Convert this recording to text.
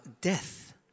death